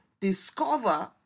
discover